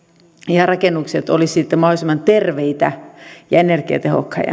ja rakennukset olisivat sitten mahdollisimman terveitä ja energiatehokkaita